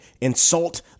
insult